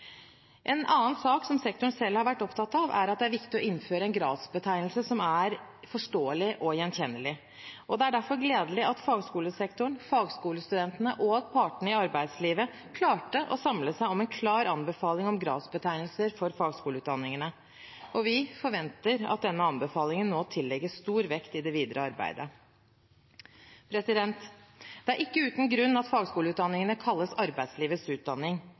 En annen sak, som sektoren selv har vært opptatt av, er at det er viktig å innføre en gradsbetegnelse som er forståelig og gjenkjennelig. Derfor er det gledelig at fagskolesektoren, fagskolestudentene og partene i arbeidslivet klarte å samle seg om en klar anbefaling om gradsbetegnelser for fagskoleutdanningene. Vi forventer at denne anbefalingen tillegges stor vekt i det videre arbeidet. Det er ikke uten grunn at fagskoleutdanningene kalles arbeidslivets utdanning.